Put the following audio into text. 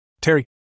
Terry